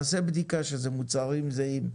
נעשה בדיקה שאלה מוצרים זהים,